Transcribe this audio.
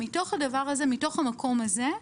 מתוך המקום הזה,